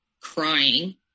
crying